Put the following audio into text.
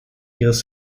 ihres